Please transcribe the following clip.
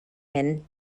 hyn